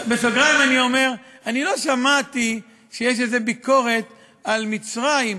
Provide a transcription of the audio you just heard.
בסוגריים אני אומר: אני לא שמעתי שיש איזו ביקורת על מצרים,